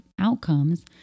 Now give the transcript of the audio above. outcomes